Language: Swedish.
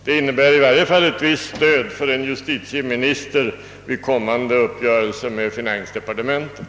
Det innebär i varje fall ett visst stöd för en justitieminister vid kommande uppgörelser med finansdepartementet.